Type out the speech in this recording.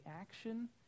action